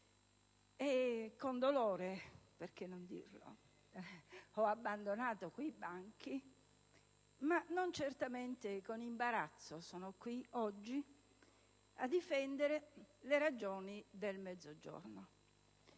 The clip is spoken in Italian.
se con dolore (perché non dirlo) li ho abbandonati e non certamente con imbarazzo sono qui oggi a difendere le ragioni del Mezzogiorno